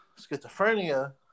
schizophrenia